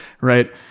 right